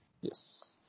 Yes